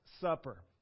supper